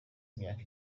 imyaka